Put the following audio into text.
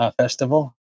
Festival